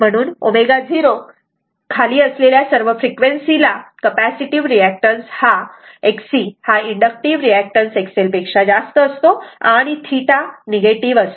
म्हणून ω0 खाली असलेल्या सर्व फ्रिक्वेन्सी ला capacitive reactance XC inductive reactance XL असते आणि θ निगेटिव्ह असतो